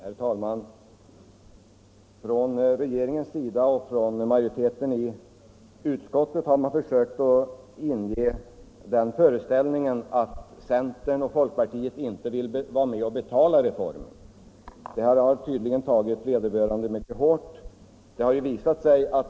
Herr talman! Från regeringens och utskottsmajoritetens sida har man försökt inge föreställningen att centern och folkpartiet inte vill vara med och betala reformen. Vår kritik har tydligen tagit vederbörande mycket hårt.